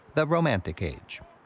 the romantic age.